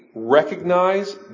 recognize